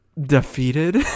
defeated